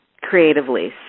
creatively